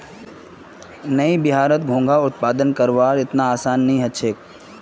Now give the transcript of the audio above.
नइ बिहारत घोंघा उत्पादन करना अत्ते आसान नइ ह छेक